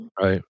Right